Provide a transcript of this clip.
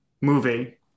movie